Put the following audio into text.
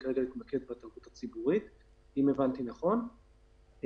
אם הבנתי נכון,